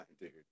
dude